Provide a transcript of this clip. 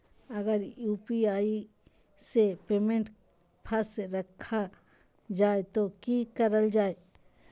अगर यू.पी.आई से पेमेंट फस रखा जाए तो की करल जाए?